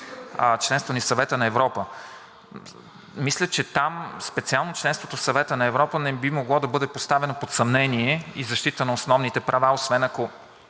членството ни в Съвета на Европа. Мисля, че там, специално членството в Съвета на Европа, не би могло да бъде поставено под съмнение и защита на основните права, освен ако